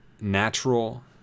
natural